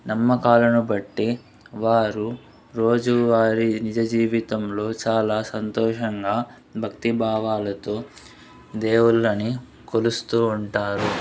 నమ్మకాలను బట్టి వారు రోజువారి నిజజీవితంలో చాలా సంతోషంగా భక్తి భావాలతో దేవుళ్ళని కొలుస్తూ ఉంటారు